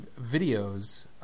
videos